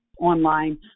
online